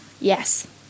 Yes